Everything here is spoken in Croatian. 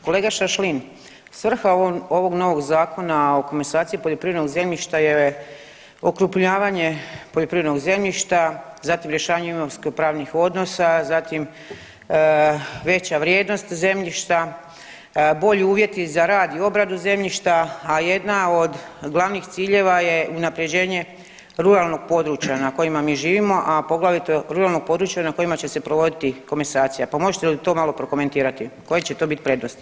Kolega Šašlin, svrha ovog novog Zakona o komesaciji poljoprivrednog zemljišta je okrupnjavanje poljoprivrednog zemljišta, zatim rješavanje imovinskopravnih odnosa, zatim veća vrijednost zemljišta, bolji uvjet za rad i obradu zemljišta, a jedna od glavnih ciljeva je unaprjeđenje ruralnog područja na kojima mi živimo, a poglavito ruralnog područja na kojima će se provoditi komesacija, pa možete li to malo prokomentirati koje će to bit prednosti.